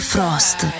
Frost